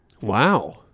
Wow